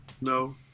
No